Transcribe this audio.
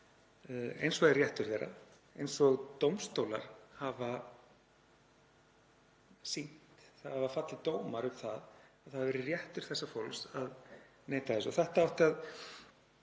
eins og er réttur þess, eins og dómstólar hafa sýnt. Það hafa fallið dómar um að það hafi verið réttur þessa fólks að neita þessu. Þetta átti að